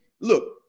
look